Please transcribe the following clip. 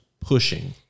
pushing